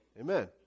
Amen